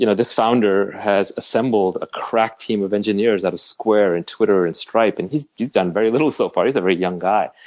you know this founder has assembled a crack team of engineers out of square and twitter and stripe, and he's he's done very little so far. he's a very young guy.